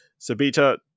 Sabita